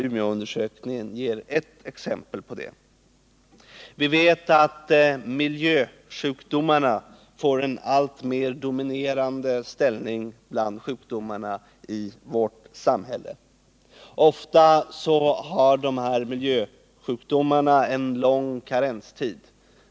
Umeåundersökningen ger ett exempel på det. Vi vet att miljösjukdomarna får en alltmer dominerande ställning bland de sjukdomar som förekommer i vårt land. Ofta har miljösjukdomarna en lång karenstid.